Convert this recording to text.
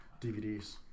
DVDs